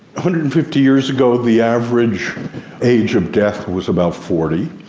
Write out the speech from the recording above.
hundred and fifty years ago the average age of death was about forty.